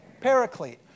paraclete